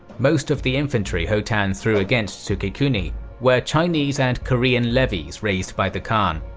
most of the infantry ho-tan threw against sukekuni were chinese and korean levies raised by the khan,